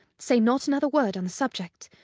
say not another word on the subject.